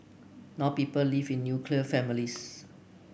now people live in nuclear families